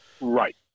Right